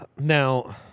Now